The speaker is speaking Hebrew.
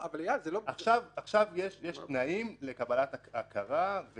עכשיו יש תנאים לקבלת ההכרה,